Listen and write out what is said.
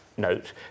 note